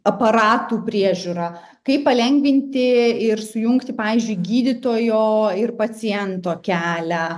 aparatų priežiūrą kaip palengvinti ir sujungti pavyzdžiui gydytojo ir paciento kelią